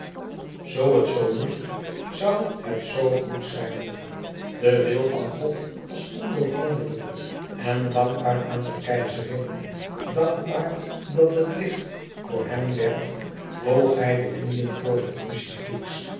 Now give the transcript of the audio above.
zoo het zoo moest zoû het zoo goed zijn de wil van god was ondoorgrondelijk en dankbaar aan de keizerin dankbaar dat het licht voor hem werd boog hij de knieën voor het